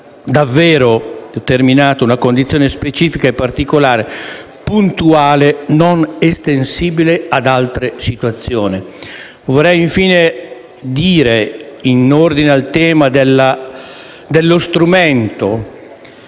raro, di una condizione davvero specifica e particolare, puntuale e non estensibile ad altre situazioni. Vorrei infine dire, in ordine al tema dello strumento